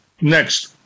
Next